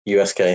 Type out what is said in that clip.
USK